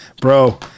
bro